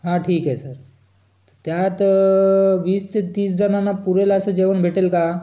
हा ठीक आहे सर त्यात वीस ते तीस जणांना पुरेल असं जेवण भेटेल का